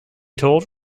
told